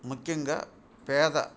ముఖ్యంగా పేద